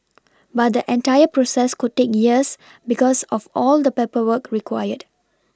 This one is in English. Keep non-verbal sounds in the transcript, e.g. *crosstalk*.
*noise* but the entire process could take years because of all the paperwork required